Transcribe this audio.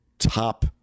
top